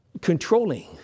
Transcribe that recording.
controlling